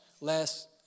less